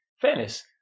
Fairness